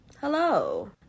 Hello